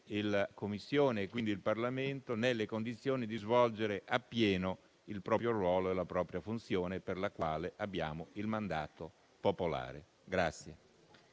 la Commissione, e quindi il Parlamento, nelle condizioni di svolgere appieno il proprio ruolo e la propria funzione, per la quale abbiamo il mandato popolare.